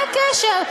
מה הקשר?